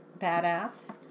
badass